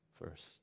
first